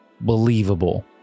believable